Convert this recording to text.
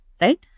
right